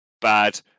bad